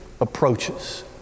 approaches